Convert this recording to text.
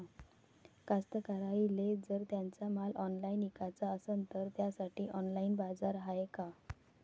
कास्तकाराइले जर त्यांचा माल ऑनलाइन इकाचा असन तर त्यासाठी ऑनलाइन बाजार हाय का?